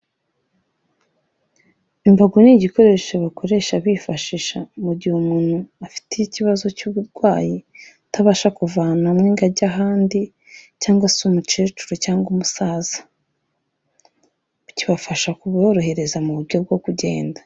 Imbago ni igikoresho bakoresha bifashisha mu gihe umuntu afite ikibazo cy'uburwayi, atabasha kuva ahantu hamwe ngo ajye ahandi cyangwa se umukecuru cyangwa umusaza, kibafasha kuborohereza mu buryo bwo kugenda.